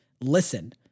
listen